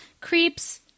creeps